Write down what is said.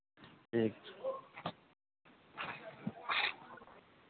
ठीक छै